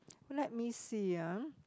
let me see ya